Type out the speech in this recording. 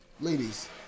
Ladies